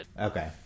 Okay